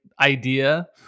idea